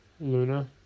Luna